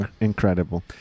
Incredible